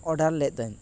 order ᱞᱮᱫ ᱟᱹᱧ